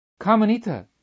Carmenita